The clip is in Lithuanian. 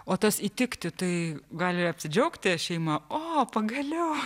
o tas įtikti tai gali apsidžiaugti šeima o pagaliau